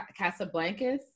Casablancas